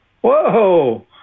whoa